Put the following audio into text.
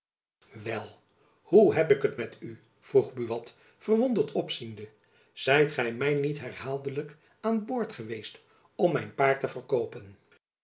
wel hoe heb ik het met u vroeg buat verwonderd opziende zijt gy my niet herhaaldelijk aan boord geweest om mijn paard te verkoopen